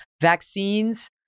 vaccines